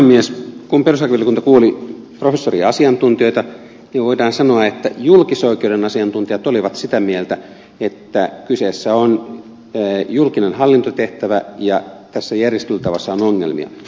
kun perustuslakivaliokunta kuuli professoriasiantuntijoita niin voidaan sanoa että julkisoikeuden asiantuntijat olivat sitä mieltä että kyseessä on julkinen hallintotehtävä ja tässä järjestelytavassa on ongelmia